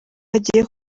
agiye